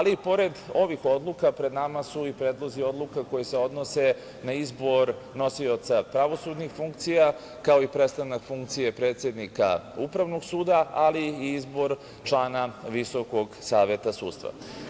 Pored ovih odluka, pred nama su i predlozi odluka koji se odnose na izbor nosioca pravosudnih funkcija, kao i prestanak funkcije predsednika Upravnog suda, ali i izbor člana Viskog saveta sudstva.